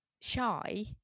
shy